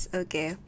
okay